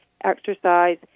exercise